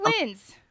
wins